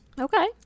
okay